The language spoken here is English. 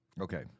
Okay